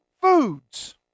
foods